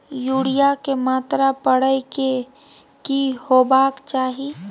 Urea के मात्रा परै के की होबाक चाही?